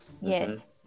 yes